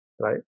Right